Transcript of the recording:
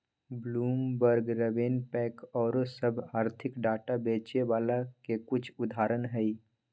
Bloomberg, RavenPack आउरो सभ आर्थिक डाटा बेचे बला के कुछ उदाहरण हइ